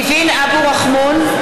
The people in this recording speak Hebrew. (קוראת בשמות חברי הכנסת) ניבין אבו רחמון,